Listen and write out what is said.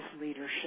leadership